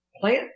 plant